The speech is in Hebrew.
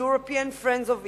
European Friends of Israel,